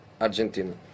Argentina